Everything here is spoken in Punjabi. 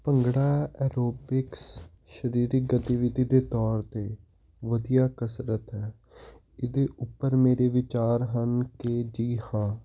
ਭੰਗੜਾ ਐਰੋਬਿਕਸ ਸਰੀਰਿਕ ਗਤੀਵਿਧੀ ਦੇ ਤੌਰ 'ਤੇ ਵਧੀਆ ਕਸਰਤ ਹੈ ਇਹਦੇ ਉੱਪਰ ਮੇਰੇ ਵਿਚਾਰ ਹਨ ਕਿ ਜੀ ਹਾਂ